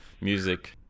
music